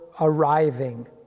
arriving